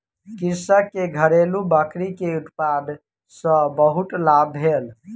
कृषक के घरेलु बकरी के उत्पाद सॅ बहुत लाभ भेल